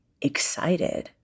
excited